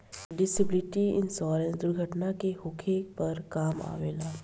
disability insurance दुर्घटना के होखे पर काम अवेला